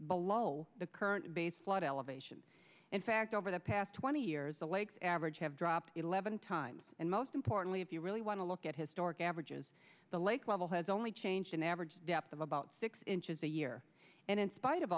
below the current base flood elevation in fact over the past twenty years the lakes average have dropped eleven times and most importantly if you really want to look at historic averages the lake level has only changed an average depth of about six inches a year and in spite of